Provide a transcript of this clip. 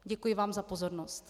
Děkuji vám za pozornost.